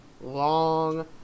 long